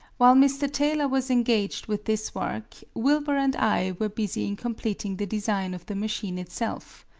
while mr. taylor was engaged with this work, wilbur and i were busy in completing the design of the machine itself.